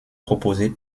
proposée